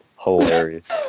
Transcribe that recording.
Hilarious